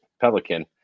Pelican